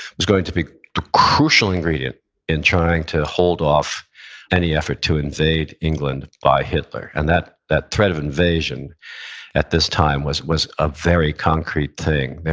was going to be the crucial ingredient in trying to hold off any effort to invade england by hitler and that that threat of invasion at this time was was a very concrete thing.